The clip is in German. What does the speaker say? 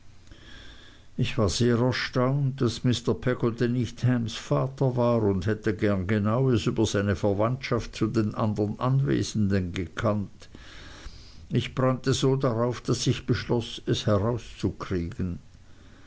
ich war sehr erstaunt daß mr peggotty nicht hams vater war und hätte gern genaues über seine verwandtschaft zu den andern anwesenden gekannt ich brannte so darauf daß ich beschloß es herauszukriegen